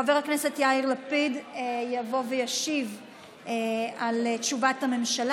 חבר הכנסת יאיר לפיד יבוא וישיב על תשובת הממשלה.